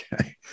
Okay